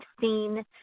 seen